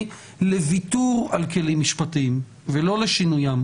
לוויתור על כלים משפטיים ולא לשינויים,